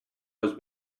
was